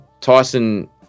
Tyson